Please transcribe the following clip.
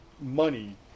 money